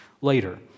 later